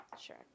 Sure